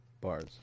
Bars